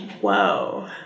Whoa